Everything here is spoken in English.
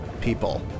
people